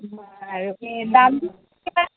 বাৰু দাম কিমান